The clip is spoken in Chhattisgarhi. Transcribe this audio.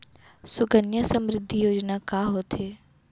सुकन्या समृद्धि योजना का होथे